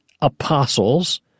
apostles